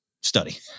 study